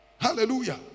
Hallelujah